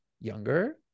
younger